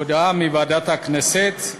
הודעה של ועדת הכנסת.